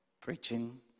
preaching